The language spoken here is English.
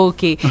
Okay